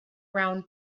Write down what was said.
round